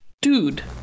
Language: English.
Dude